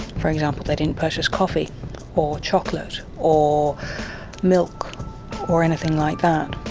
for example, they didn't purchase coffee or chocolate or milk or anything like that.